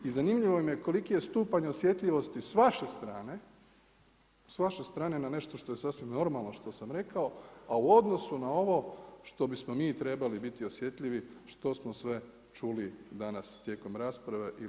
I zanimljivo im je koliki je stupanj osjetljivosti s vaše strane na nešto što je sasvim normalno što sam rekao, a u odnosu na ovo što bismo mi trebali biti osjetljivi što smo sve čuli danas tijekom rasprave ili